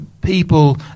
people